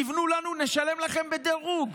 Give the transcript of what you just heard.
תבנו לנו, נשלם לכם בדירוג,